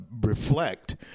reflect